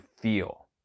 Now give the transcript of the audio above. feel